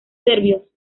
serbios